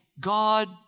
God